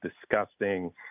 disgusting